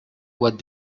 what